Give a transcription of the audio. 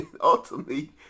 Ultimately